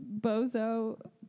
Bozo